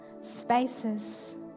spaces